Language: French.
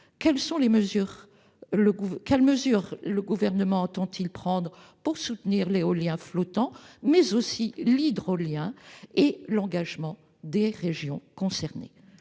Quelles mesures le Gouvernement entend-il prendre pour soutenir l'éolien flottant, mais aussi l'hydrolien, et l'engagement des régions concernées ?